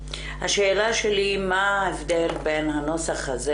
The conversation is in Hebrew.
השאלה שלי היא מה ההבדל בין הנוסח הזה,